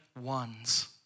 ones